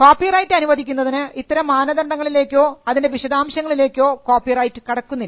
copyright അനുവദിക്കുന്നതിന് ഇത്തരം മാനദണ്ഡങ്ങളിലേക്കോ അതിൻറെ വിശദാംശങ്ങളിലേക്കോ കോപ്പിറൈറ്റ് കടക്കുന്നില്ല